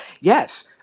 yes